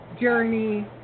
journey